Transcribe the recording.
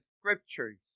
scriptures